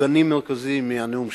עוגנים מרכזיים מהנאום שלו.